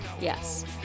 Yes